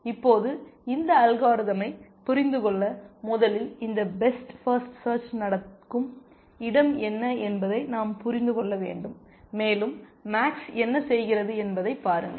இப்போது இந்த அல்காரிதமை புரிந்து கொள்ள முதலில் இந்த பெஸ்ட் பர்ஸ்ட் சேர்ச் நடக்கும் இடம் என்ன என்பதை நாம் புரிந்து கொள்ள வேண்டும் மேலும் மேக்ஸ் என்ன செய்கிறது என்பதைப் பாருங்கள்